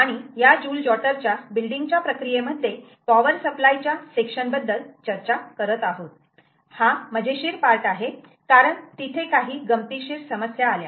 आणि या जुल जॉटर च्या बिल्डिंग च्या प्रक्रियेमध्ये पॉवर सप्लाय च्या सेक्शन बद्दल चर्चा करत आहोत हा फार मजेशीर पार्ट आहे कारण तिथे काही गमतीशीर समस्या आल्या